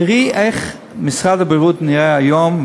תראי איך משרד הבריאות נראה היום,